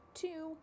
two